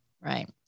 Right